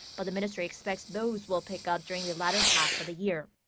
but the ministry expects those will pick up during the latter half of the year.